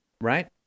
right